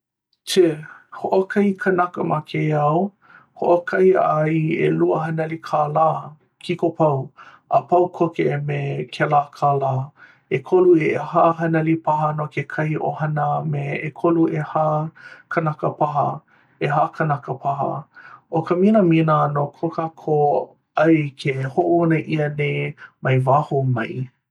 tsa hoʻokahi kanaka ma kēia au? hoʻokahi a i ʻelua haneli kālā kiko pau a pau koke me kēlā kālā ʻekolu i ʻehā haneli paha no kekahi ʻohana me ʻekolu ʻehā kanaka paha ʻehā kānaka paha ʻo ka minamina no kō kākou ʻai ke hoʻouna ʻia nei mai waho mai!